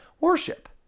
worship